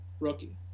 rookie